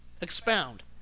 expound